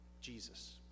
Jesus